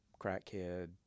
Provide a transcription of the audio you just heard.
crackhead